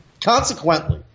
Consequently